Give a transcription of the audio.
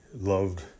loved